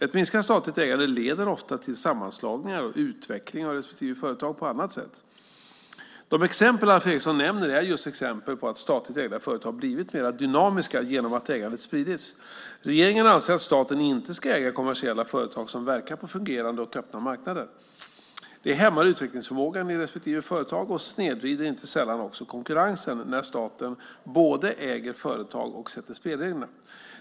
Ett minskat statligt ägande leder ofta till sammanslagningar och utveckling av respektive företag på annat sätt. De exempel Alf Eriksson nämner är just exempel på att statligt ägda företag blivit mer dynamiska genom att ägandet spridits. Regeringen anser att staten inte ska äga kommersiella företag som verkar på fungerande och öppna marknader. Det hämmar utvecklingsförmågan i respektive företag och snedvrider inte sällan också konkurrensen när staten både äger företag och sätter spelreglerna.